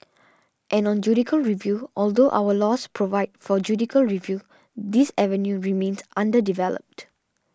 and on judicial review although our laws provide for judicial review this avenue remains underdeveloped